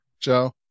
Joe